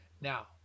Now